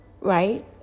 Right